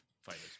fighters